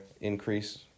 increase